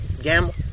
gamble